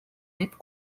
têtes